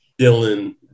dylan